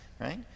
right